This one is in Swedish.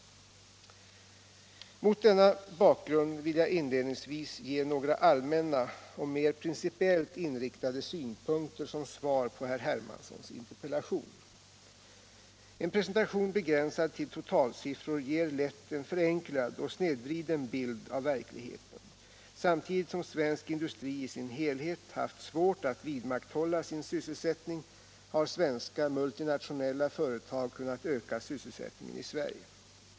Mot denna bakgrund vill jag inledningsvis ge några allmänna och mer principiellt inriktade synpunkter som svar på herr Hermanssons interpellation. En presentation begränsad till totalsiffror ger lätt en förenklad och snedvriden bild av verkligheten. Samtidigt som svensk industri i sin 47 helhet haft svårt att vidmakthålla sin sysselsättning har svenska multinationella företag kunnat öka sysselsättningen i Sverige.